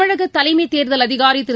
தமிழக தலைமை தேர்தல் அதிகாரி திரு